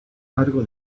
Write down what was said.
cargo